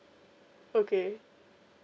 okay